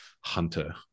hunter